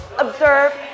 Observe